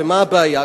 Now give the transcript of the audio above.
ומה הבעיה?